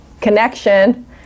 connection